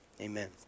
amen